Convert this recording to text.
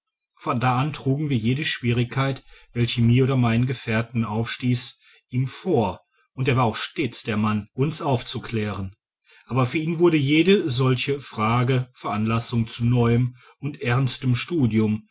von da an trugen wir jede schwierigkeit welche mir oder meinen gefährten aufstieß ihm vor und er war auch stets der mann uns aufzuklären aber für ihn wurde jede solche frage veranlassung zu neuem und ernstem studium